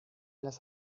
las